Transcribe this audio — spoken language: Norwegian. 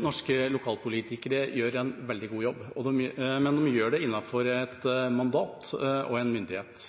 Norske lokalpolitikere gjør en veldig god jobb, men de gjør det innenfor et mandat og en myndighet.